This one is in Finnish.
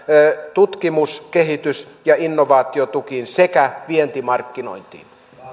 tutkimus kehitys ja innovaatiotukiin sekä vientimarkkinointiin